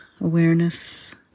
awareness